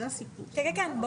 זה הסיפור כאן.